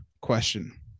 question